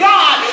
God